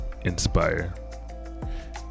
inspire